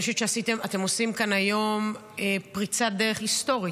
אני חושבת שאתם עושים כאן היום פריצת דרך היסטורית,